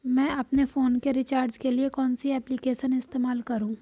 मैं अपने फोन के रिचार्ज के लिए कौन सी एप्लिकेशन इस्तेमाल करूँ?